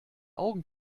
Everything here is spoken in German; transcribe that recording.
augen